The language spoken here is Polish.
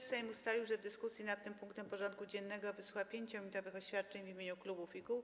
Sejm ustalił, że w dyskusji nad tym punktem porządku dziennego wysłucha 5-minutowych oświadczeń w imieniu klubów i kół.